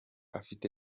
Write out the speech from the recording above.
afite